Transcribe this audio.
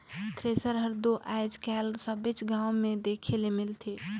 thresher हर दो आएज काएल सबेच गाँव मे देखे ले मिलथे